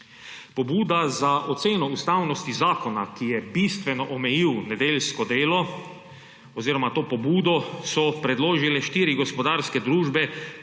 Pobudo za oceno ustavnosti zakona, ki je bistveno omejil nedeljsko delo, so predložile štiri gospodarske družbe,